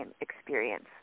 experience